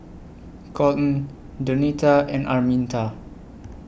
Kolten Donita and Araminta